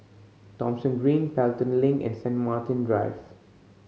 Thomson Green Pelton Link and Saint Martin Drive